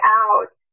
out